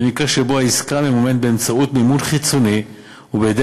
במקרה שבו העסקה ממומנת באמצעות מימון חיצוני ובהיעדר